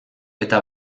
eta